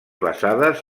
basades